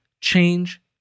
change